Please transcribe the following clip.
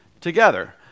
together